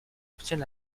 obtient